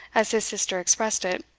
as his sister expressed it,